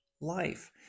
life